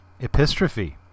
Epistrophe